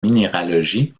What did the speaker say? minéralogie